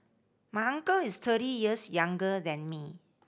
my uncle is thirty years younger than me